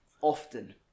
often